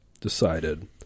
decided